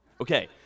Okay